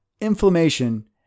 inflammation